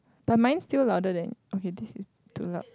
but mine still louder than okay this is too loud